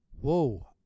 Whoa